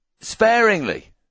Sparingly